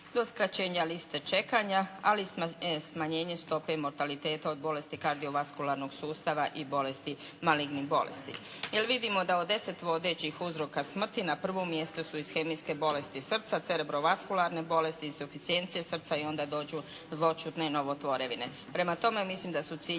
do skraćenja liste čekanja ali i smanjenje stope mortaliteta od bolesti kardiovaskularnog sustava i bolesti, malignih bolesti. Jer vidimo da od deset vodećih uzroka smrti na prvom mjestu su ishemijske bolesti srca, cerebrovaskularne bolesti, insuficijencije srca i onda dođu zločudne novotvorevine.